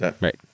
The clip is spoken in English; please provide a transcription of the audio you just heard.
Right